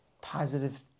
positive